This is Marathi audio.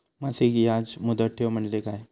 मासिक याज मुदत ठेव म्हणजे काय?